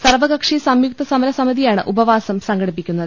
സർവ്വകക്ഷി സംയുക്ത സമരസമിതിയാണ് ഉപവാസം സംഘടിപ്പിക്കുന്നത്